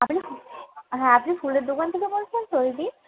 আপনি হ্যাঁ আপনি ফুলের দোকান থেকে বলছেন তো দিদি